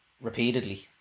repeatedly